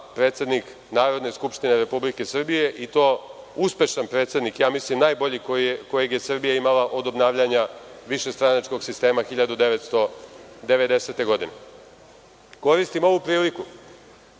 predsednik Narodne skupštine Republike Srbije i to uspešan predsednik. Mislim najbolji koji je Srbija imala od obnavljanja višestranačkog sistema 1990. godine. Koristim ovu priliku